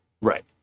right